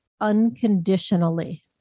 unconditionally